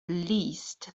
least